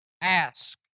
ask